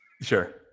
Sure